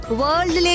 World